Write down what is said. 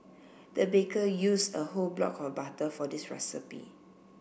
the baker used a whole block of butter for this recipe